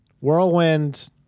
whirlwind